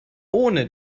ohne